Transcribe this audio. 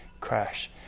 crash